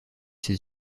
ses